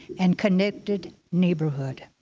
and connected neighborhood.